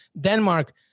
Denmark